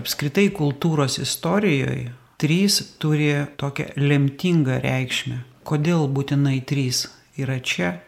apskritai kultūros istorijoj trys turi tokią lemtingą reikšmę kodėl būtinai trys yra čia